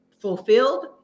fulfilled